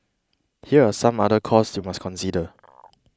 here are some other costs you must consider